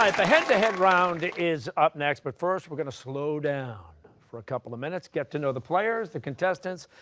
like the head-to-head round is up next, but first we're going to slow down for a couple of minutes, get to know the players, the contestants,